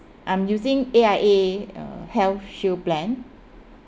I'm using A_I_A uh health shield plan